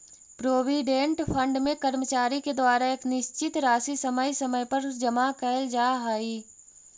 provident fund में कर्मचारि के द्वारा एक निश्चित राशि समय समय पर जमा कैल जा हई